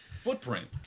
footprint